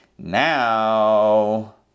Now